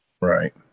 Right